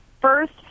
First